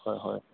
হয় হয়